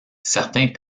certains